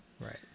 right